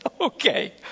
okay